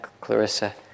Clarissa